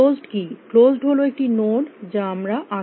closed হল একটি node যা আমরা আগে দেখেছি